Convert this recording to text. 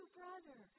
brother